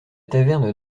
taverne